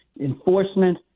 enforcement